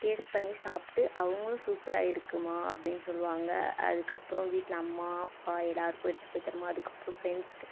taste பண்ணி சாப்பிட்டு அவங்களும் சூப்பராக இருக்குமா அப்படின்னு சொல்லுவாங்கள் அதுக்கப்புறம் வீட்டில் அம்மா அப்பா எல்லோருக்கும் எடுத்துகிட்டு போய் தருமா அதுக்கப்புறம் ஃப்ரெண்ட்ஸ்க்கு